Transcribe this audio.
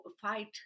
fight